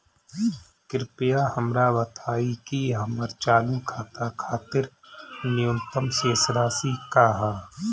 कृपया हमरा बताइं कि हमर चालू खाता खातिर न्यूनतम शेष राशि का ह